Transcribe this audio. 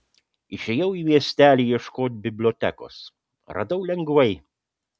išėjau į miestelį ieškot bibliotekos radau lengvai